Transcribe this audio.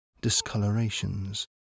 discolorations